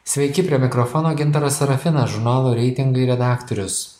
sveiki prie mikrofono gintaras serafinas žurnalo reitingai redaktorius